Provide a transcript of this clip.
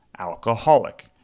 alcoholic